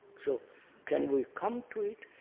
so can we come to it